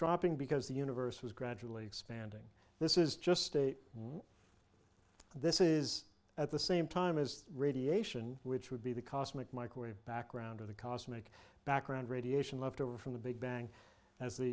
dropping because the universe was gradually expanding this is just state this is at the same time as radiation which would be the cosmic microwave background of the cosmic background radiation left over from the big bang as the